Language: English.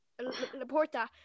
Laporta